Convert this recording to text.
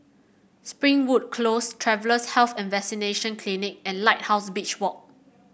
Springwood Close Travellers' Health and Vaccination Clinic and Lighthouse Beach Walk